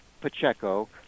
Pacheco